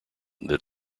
that